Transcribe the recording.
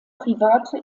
private